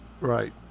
Right